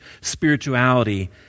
spirituality